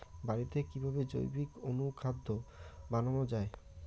বাড়িতে কিভাবে জৈবিক অনুখাদ্য বানানো যায়?